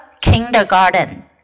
Kindergarten